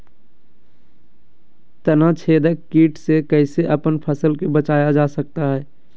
तनाछेदक किट से कैसे अपन फसल के बचाया जा सकता हैं?